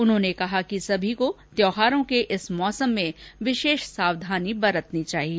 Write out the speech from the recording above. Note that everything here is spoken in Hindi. उन्होंने कहा कि सभी को त्यौहारों के इस मौसम में विशेष सावधानी बरतनी चाहिए